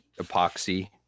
epoxy